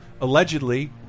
allegedly